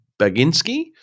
Baginski